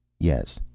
yes.